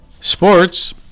Sports